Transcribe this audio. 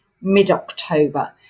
mid-October